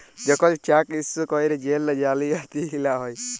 যখল cheque issue ক্যইরে জেল জালিয়াতি লা হ্যয়